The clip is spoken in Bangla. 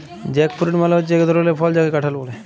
জ্যাকফ্রুট মালে হচ্যে এক ধরলের ফল যাকে কাঁঠাল ব্যলে